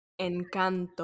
Encanto